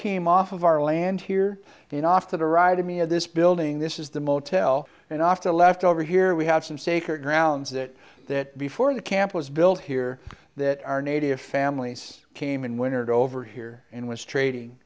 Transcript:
came off of our land here in off that arrive to me of this building this is the motel and off the left over here we have some sacred grounds that that before the camp was built here that our native families came and went over here and was trading